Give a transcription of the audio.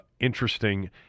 interesting